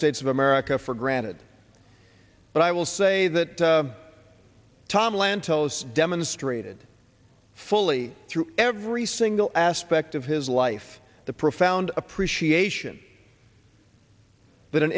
states of america for granted but i will say that tom lantos demonstrated fully to every single aspect of his life the profound appreciation that an